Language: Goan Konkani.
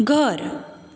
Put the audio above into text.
घर